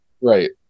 Right